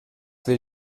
will